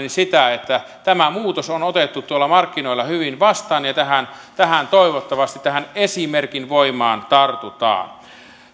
sitä että tämä muutos on otettu markkinoilla hyvin vastaan ja toivottavasti tähän esimerkin voimaan tartutaan